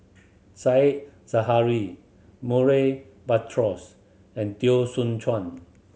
Said Zahari Murray Buttrose and Teo Soon Chuan